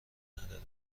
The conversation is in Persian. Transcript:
نداره